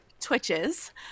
twitches